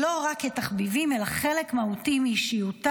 לא רק כתחביבים אלא כחלק מהותי מאישיותה,